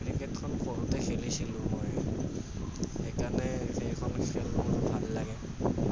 ক্ৰিকেটখন সৰুতে খেলিছিলোঁ মই সেইকাৰণে এইখন খেল মোৰ ভাল লাগে